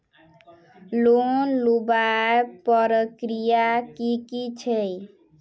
Loan लुबार प्रक्रिया की की छे?